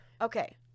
Okay